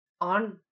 on